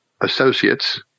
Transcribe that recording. Associates